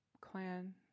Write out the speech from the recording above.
clan